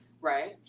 Right